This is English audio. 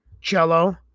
Cello